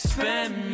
Spend